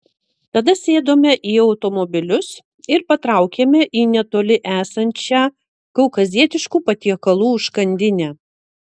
tada sėdome į automobilius ir patraukėme į netoli esančią kaukazietiškų patiekalų užkandinę